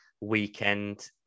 weekend